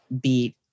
beat